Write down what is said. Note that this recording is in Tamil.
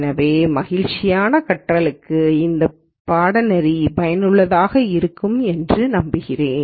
எனவே மகிழ்ச்சியான கற்றலுக்கு இந்த பாடநெறி பயனுள்ளதாக இருக்கும் என்று நம்புகிறேன்